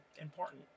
important